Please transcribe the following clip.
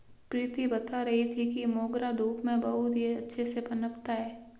प्रीति बता रही थी कि मोगरा धूप में बहुत ही अच्छे से पनपता है